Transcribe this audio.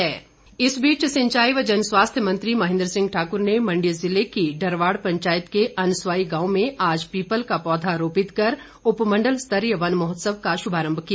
one Mahotsav इस बीच सिंचाई व जनस्वास्थ्य मंत्री महेन्द्र सिंह ठाकुर ने मण्डी जिले की डरवाड़ पंचायत के अनस्वाई गांव में आज पीपल का पौधा रोपित कर उपमण्डल स्तरीय वन महोत्सव का शुभारम्भ किया